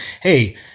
hey